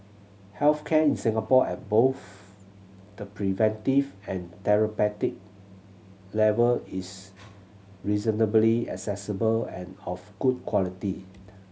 health care in Singapore at both the preventive and therapeutic level is reasonably accessible and of good quality